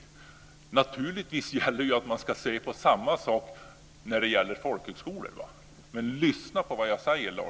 Naturligtvis ska detsamma gälla för folkhögskolor. Men lyssna på vad jag säger,